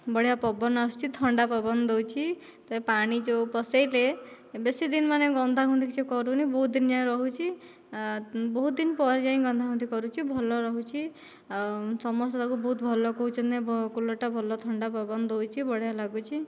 ବଢ଼ିଆ ପବନ ଆସୁଛି ଥଣ୍ଡା ପବନ ଦେଉଛି ପାଣି ଯେଉଁ ପଶାଇଲେ ବେଶୀଦିନ ମାନେ ଗନ୍ଧା ଗନ୍ଧି କିଛି କରୁନି ବହୁତ ଦିନ ଯାଏ ରହୁଛି ବହୁତ ଦିନ ପରେ ଯାଇକି ଗନ୍ଧା ଗନ୍ଧି କରୁଛି ଭଲ ରହୁଛି ଆଉ ସମସ୍ତେ ତାକୁ ବହୁତ ଭଲ କହୁଛନ୍ତି କୁଲର୍ଟା ଭଲ ଥଣ୍ଡା ପବନ ଦେଉଛି ବଢ଼ିଆ ଲାଗୁଛି